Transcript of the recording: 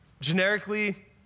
generically